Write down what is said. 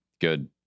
Good